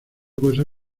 cosa